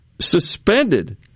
Suspended